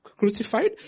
crucified